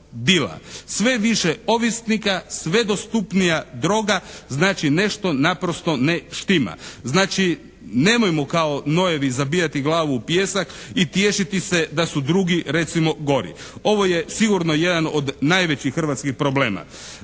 Sve više ovisnika, sve dostupnija droga, znači nešto naprosto ne štima. Znači nemojmo kao nojevi zabijati glavu u pijesak i tješiti se da su drugi recimo gori. Ovo je sigurno jedan od najvećih hrvatskih problema.